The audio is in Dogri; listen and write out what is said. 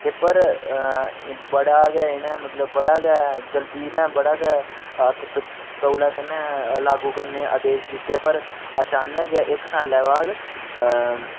ते पर बड़ा गै इ'नें मतलब बड़ा गै जल्दी इ'नें बड़ा गै त त तौले कन्नै लागू करने गी आदेश दित्ते पर अचानक गै इक सालै बाद अ